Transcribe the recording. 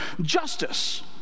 Justice